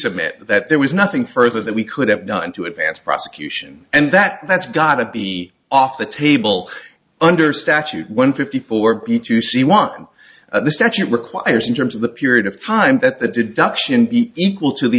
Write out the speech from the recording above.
submit that there was nothing further that we could have done to advance prosecution and that that's got to be off the table under statute one fifty four b two c one of the statute requires in terms of the period of time that the deduction equal to